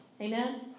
amen